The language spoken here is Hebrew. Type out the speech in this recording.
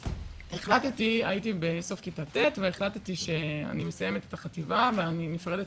הייתי בסוף כיתה ט' והחלטתי שאני מסיימת את החטיבה ואני נפרדת